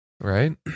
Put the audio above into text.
right